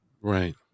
Right